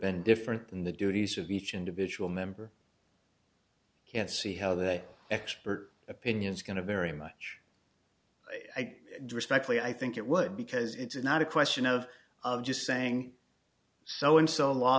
been different than the duties of each individual member i can't see how they expert opinions going to very much i respectfully i think it would because it's not a question of of just saying so and so law